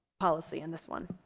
policy and this one.